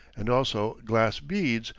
and also glass beads,